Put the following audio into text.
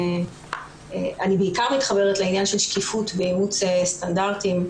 אני בעיקר מתחברת לעניין של שקיפות ואימוץ סטנדרטים.